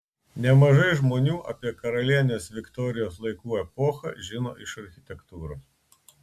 nemažai žmonių apie karalienės viktorijos laikų epochą žino iš architektūros